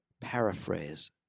paraphrase